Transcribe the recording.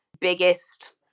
biggest